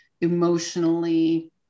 emotionally